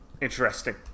Interesting